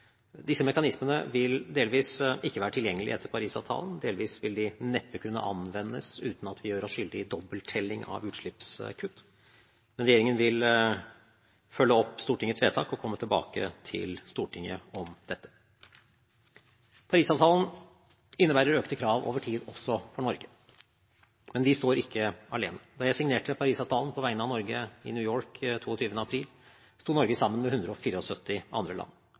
Disse mekanismene vil delvis ikke være tilgjengelig etter Paris-avtalen, delvis vil de neppe kunne anvendes uten at vi gjør oss skyldig i dobbelttelling av utslippskutt, men regjeringen vil følge opp Stortingets vedtak og komme tilbake til Stortinget om dette. Paris-avtalen innebærer økte krav over tid også for Norge, men vi står ikke alene. Da jeg signerte Paris-avtalen på vegne av Norge i New York den 22. april, sto Norge sammen med 174 andre land.